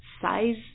size